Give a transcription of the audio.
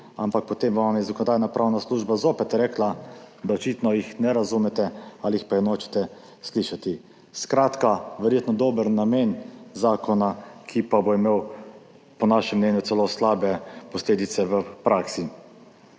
potem pa vam je Zakonodajno-pravna služba zopet rekla, da jih očitno ne razumete ali pa jih nočete slišati. Skratka, verjetno dober namen zakona, ki pa bo imel po našem mnenju celo slabe posledice v praksi.